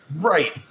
Right